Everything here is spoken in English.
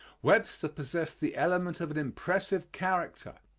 webster possessed the element of an impressive character,